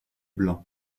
blanc